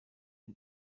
ihn